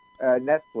Netflix